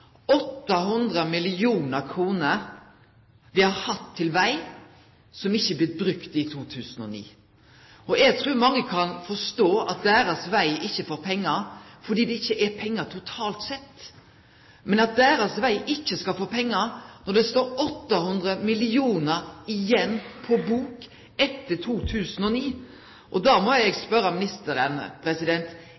har vi hatt til veg i 2009. Dei har ikkje blitt brukte. Eg trur mange kan forstå at deira veg ikkje får pengar fordi det ikkje er pengar totalt sett. Men når deira veg ikkje skal få pengar når det står 800 mill. kr igjen på bok etter 2009,